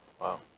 wow